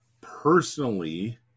personally